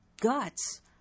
guts